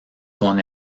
con